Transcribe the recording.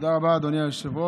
תודה רבה, אדוני היושב-ראש.